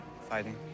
Fighting